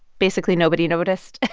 basically, nobody noticed.